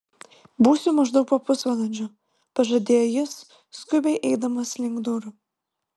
būsiu maždaug po pusvalandžio pažadėjo jis skubiai eidamas link durų